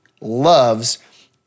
loves